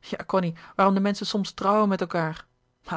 ja cony waarom de menschen soms trouwen met elkaâr